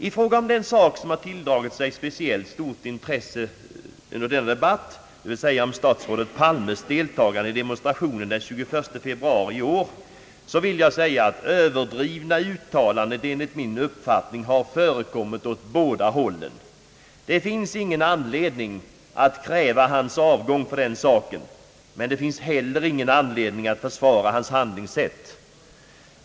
I fråga om den sak som tilldragit sig speciellt stort intresse under denna de batt, dvs. statsrådet Palmes deltagande i demonstrationen den 21 februari i år, vill jag framhålla att överdrivna uttalanden har förekommit från båda hållen. Det finns ingen anledning att kräva statsrådet Palmes avgång, men det finns heller ingen anledning att försvara hans handlingssätt.